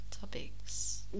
topics